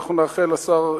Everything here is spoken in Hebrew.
אנחנו נאחל לשר,